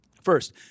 First